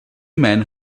men